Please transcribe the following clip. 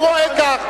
הוא רואה כך.